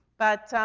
but,